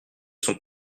sont